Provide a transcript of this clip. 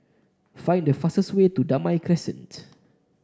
find the fastest way to Damai Crescent